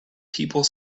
people